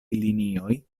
linioj